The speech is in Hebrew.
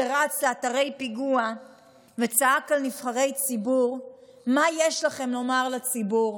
שרץ לאתרי פיגוע וצעק על נבחרי ציבור: מה יש לכם לומר לציבור?